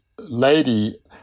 lady